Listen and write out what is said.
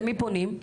למי פונים?